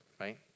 Right